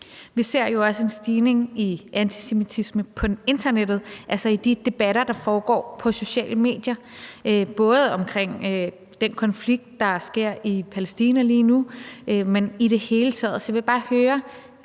Vi ser jo også en stigning i antisemitisme på internettet, altså i de debatter, der foregår på sociale medier, både omkring den konflikt, der er i Palæstina lige nu, men også i det hele taget. Så jeg vil bare høre,